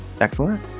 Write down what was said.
excellent